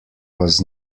was